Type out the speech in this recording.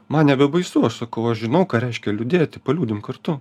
man nebebaisu aš sakau aš žinau ką reiškia liūdėti liūdim kartu